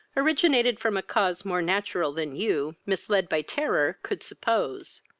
originated from a cause more natural than you, misled by terror, could suppose.